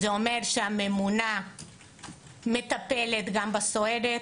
זה אומר שהממונה מטפלת גם בסוהרת.